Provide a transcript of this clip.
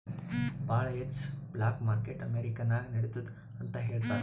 ಭಾಳ ಹೆಚ್ಚ black market America ನಾಗ್ ನಡಿತ್ತುದ್ ಅಂತ್ ಹೇಳ್ತಾರ್